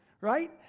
Right